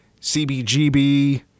CBGB